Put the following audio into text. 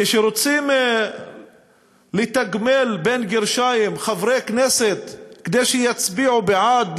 כשרוצים "לתגמל" חברי כנסת כדי שיצביעו בעד,